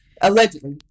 allegedly